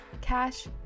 cash